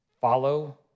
follow